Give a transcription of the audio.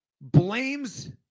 blames